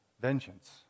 vengeance